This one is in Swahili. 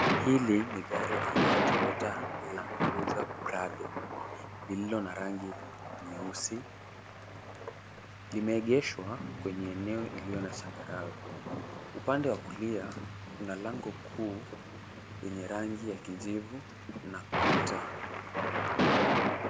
Hili ni gari aina ya Toyota Land Cruiser Prado, lililo na rangi nyeusi. Imeegeshwa kwenye eneo iliyo na changarawe. Upande wa kulia, kuna lango kuu, yenye rangi ya kijivu, na kuta.